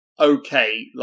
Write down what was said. okay